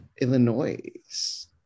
illinois